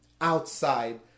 outside